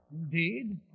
Indeed